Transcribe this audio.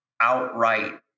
outright